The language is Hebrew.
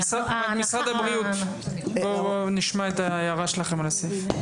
משרד הבריאות, הערות שלכם לסעיף.